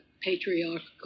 patriarchal